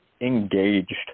engaged